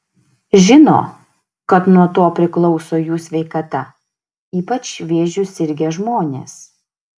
žino kad nuo to priklauso jų sveikata ypač vėžiu sirgę žmonės